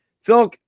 Phil